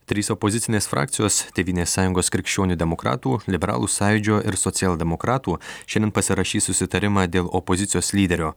trys opozicinės frakcijos tėvynės sąjungos krikščionių demokratų liberalų sąjūdžio ir socialdemokratų šiandien pasirašys susitarimą dėl opozicijos lyderio